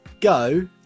go